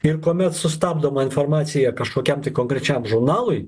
ir kuomet sustabdoma informacija kažkokiam tai konkrečiam žurnalui